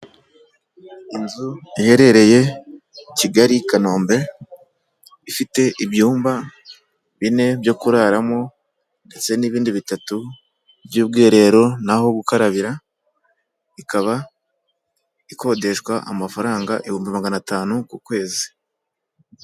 Inzu iherereye Kigali Kanombe, ifite ibyumba bine byo kuraramo ndetse n'ibindi bitatu by'ubwiherero n'aho gukarabira, ikaba ikodeshwa amafaranga ibihumbi magana atanu ku kwezi.